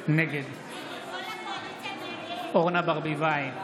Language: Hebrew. נגד אורנה ברביבאי,